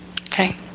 Okay